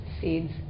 seeds